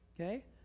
okay